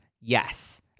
Yes